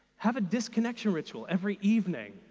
have a disconnection ritual every evening.